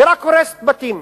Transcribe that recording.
היא רק הורסת בתים.